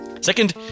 Second